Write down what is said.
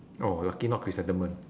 oh lucky not chrysanthemum